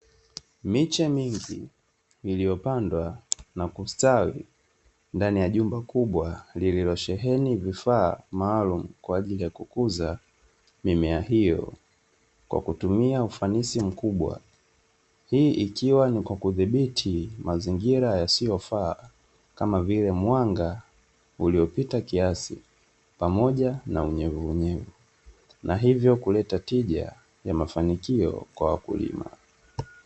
Miche mingi iliyopandwa na kustawi ndani ya jumba kubwa lililosheheni vifaa maalumu kwa ajili ya kukuza mimea hiyo kwa kutumia ufanisi mkubwa, hii ikiwa ni kwa kudhibiti mazingira yasiyofaa kama vile mwanga uliopita kiasi pamoja na unyevunyevu na hivyo kuleta tija ya mafanikio kwa wakulima.